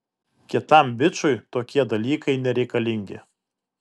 kietam bičui tokie dalykai nereikalingi